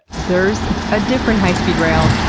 there's a different high speed rail.